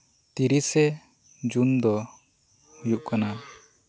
ᱛᱤᱨᱤᱥᱮ ᱡᱩᱱ ᱫᱚ ᱦᱩᱭᱩᱜ ᱠᱟᱱᱟ